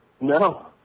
No